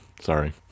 sorry